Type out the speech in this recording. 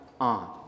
on